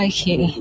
Okay